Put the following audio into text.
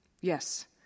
Yes